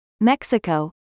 Mexico